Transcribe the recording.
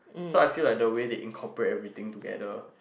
so I feel like the way the incorporate everything together